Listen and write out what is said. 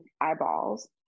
eyeballs